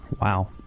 Wow